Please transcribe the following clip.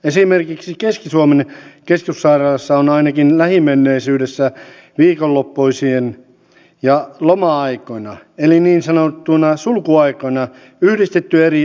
esimerkiksi keski suomen keskussairaalassa on ainakin lähimenneisyydessä viikonloppuisin ja loma aikoina eli niin sanottuina sulkuaikoina yhdistetty eri osastoja